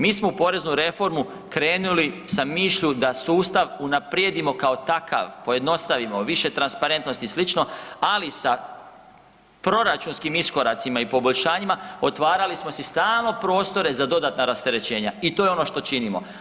Mi smo u poreznu reformu krenuli sa mišlju da sustav unaprijedimo kao takav, pojednostavljeno, više transparentnosti i sl., ali sa proračunskim iskoracima i poboljšanjima otvarali smo si stalno prostore za dodatna rasterećenja i to je ono što činimo.